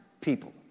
people